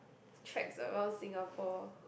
tracks around Singapore